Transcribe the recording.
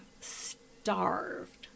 starved